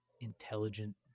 intelligent